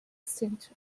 eccentric